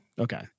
Okay